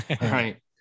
Right